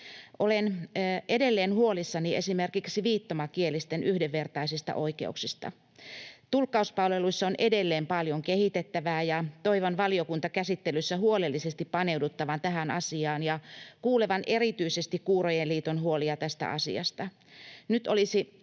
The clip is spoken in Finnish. Olen edelleen huolissani esimerkiksi viittomakielisten yhdenvertaisista oikeuksista. Tulkkauspalveluissa on edelleen paljon kehitettävää, ja toivon valiokuntakäsittelyssä huolellisesti paneuduttavan tähän asiaan ja kuulevan erityisesti Kuurojen Liiton huolia tästä asiasta.